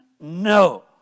No